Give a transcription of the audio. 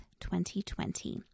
2020